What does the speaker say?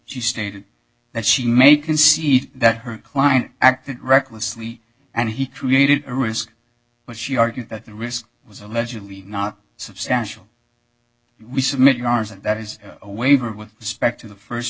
she stated that she made can see that her client acted recklessly and he created a risk but she argued that the risk was allegedly not substantial we submit your hours and that is a waiver with respect to the first